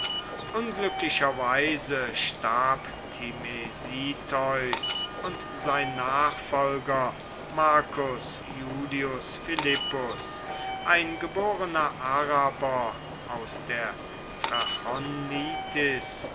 unglücklicherweise starb timesitheus und sein nachfolger marcus iulius philippus ein geborener araber aus der